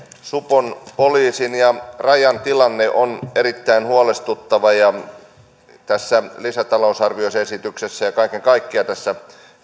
supon poliisin ja rajan tilanne on erittäin huolestuttava ja lisätalousarvioesityksessä ja kaiken kaikkiaan tässä